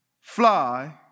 fly